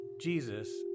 Jesus